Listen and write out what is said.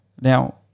Now